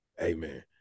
Amen